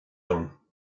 ann